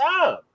time